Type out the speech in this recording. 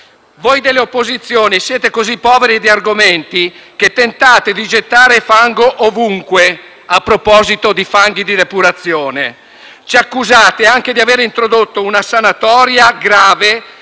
Voi delle opposizioni siete così poveri di argomenti che tentate di gettare fango ovunque (a proposito di fanghi da depurazione). Ci accusate anche di aver introdotto una sanatoria grave